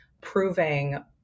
proving